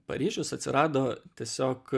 paryžius atsirado tiesiog